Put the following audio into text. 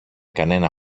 κανένα